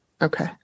Okay